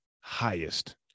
highest